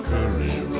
Curry